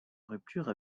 rupture